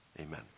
Amen